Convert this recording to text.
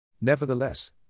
Nevertheless